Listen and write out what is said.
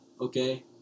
Okay